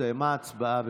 הסתיימה ההצבעה.